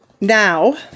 Now